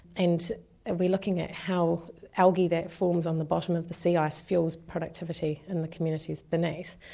and we're looking at how algae that forms on the bottom of the sea ice fuels productivity in the communities beneath.